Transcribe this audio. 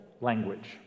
language